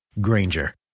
granger